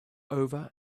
over